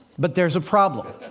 but there's a problem.